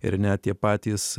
ir net tie patys